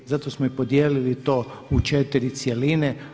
Zato smo i podijelili to u 4 cjeline.